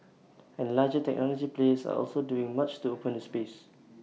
and larger technology players are also doing much to open the space